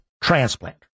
transplant